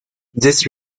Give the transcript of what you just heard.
this